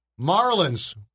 Marlins